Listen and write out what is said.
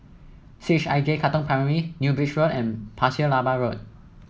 C H I J Katong Primary New Bridge Road and Pasir Laba Road